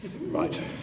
Right